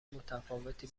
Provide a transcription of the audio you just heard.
متفاوتی